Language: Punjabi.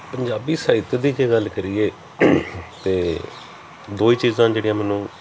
ਪੰਜਾਬੀ ਸਾਹਿਤ ਦੀ ਜੇ ਗੱਲ ਕਰੀਏ ਤਾਂ ਦੋ ਹੀ ਚੀਜ਼ਾਂ ਜਿਹੜੀਆਂ ਮੈਨੂੰ